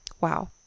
Wow